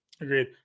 Agreed